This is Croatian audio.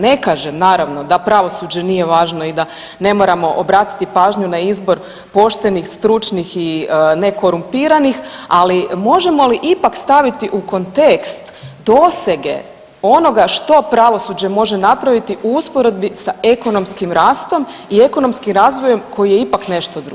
Ne kažem naravno da pravosuđe nije važno i da ne moramo obratiti na izbor poštenih i stručnih i nekorumpiranih, ali možemo li ipak staviti u kontekst dosege onoga što pravosuđe može napraviti u usporedbi sa ekonomskim rastom i ekonomskim razvojem koji je ipak nešto drugo.